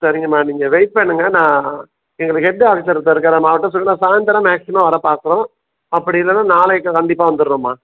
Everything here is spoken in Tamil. சரிங்க அம்மா நீங்கள் வெயிட் பண்ணுங்கள் நான் எங்களுக்கு ஹெட்டு ஆஃபிஸர் ஒருத்தர் இருக்கார் நான் அவர்கிட்ட சொல்லி நான் சாய்ந்தரம் மேக்ஸிமம் வர பார்க்கறோம் அப்படி இல்லைன்னா நாளைக்கு கண்டிப்பாக வந்துவிட்றோம்மா